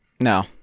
No